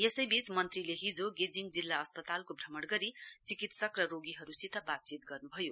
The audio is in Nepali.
यसैवीच मन्त्रीले हिजो गेजिङ जिल्ला अस्पतालको भ्रमण गरी चिकित्सक र रोगीहरूसित वातचीत गर्नुभयो